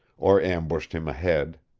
or ambushed him ahead.